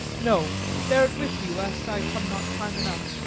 no bear it with you, lest i come not time enough.